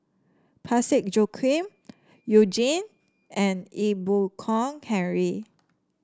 Parsick Joaquim You Jin and Ee Boon Kong Henry